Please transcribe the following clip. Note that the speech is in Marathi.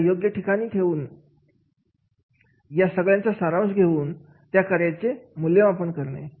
त्याला योग्य ठिकाणी ठेवू नये आणि या सगळ्यांच्या सारांश घेऊन त्या कार्याचे मूल्यमापन करणे